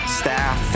staff